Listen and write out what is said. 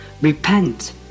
Repent